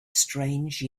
strange